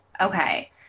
Okay